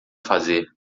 fazer